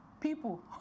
people